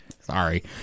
sorry